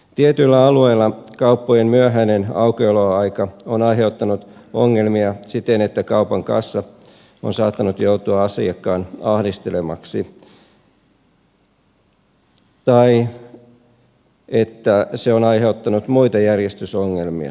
tietyillä alueilla kauppojen myöhäinen aukioloaika on aiheuttanut ongelmia siten että kaupan kassa on saattanut joutua asiakkaan ahdistelemaksi tai se on aiheuttanut muita järjestysongelmia